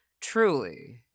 Truly